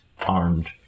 armed